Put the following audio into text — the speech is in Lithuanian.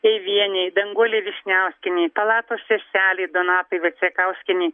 eivienei danguolei vyšniauskienei palatos seselei donatai vaicekauskienei